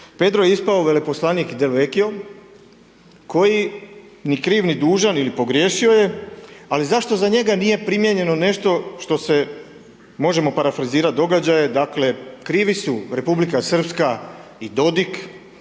pedro je ispao veleposlanik Del Vechio koji ni kriv ni dužan ili pogriješio je ali zašto za njega nije primijenjeno nešto što se možemo parafrizirat događaje dakle, krivi su Republika Srpska i Dodik,